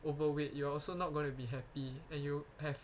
overweight you are also not going to be happy and you have